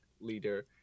leader